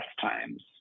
times